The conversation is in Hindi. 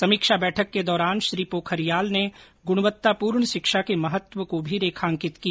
समीक्षा बैठक के दौरान श्री पोखरियाल ने गुवत्तापूर्ण शिक्षा के महत्व को भी रेखांकित किया